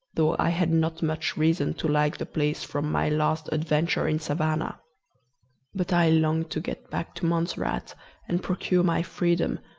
though i had not much reason to like the place from my last adventure in savannah but i longed to get back to montserrat and procure my freedom,